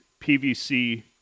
PVC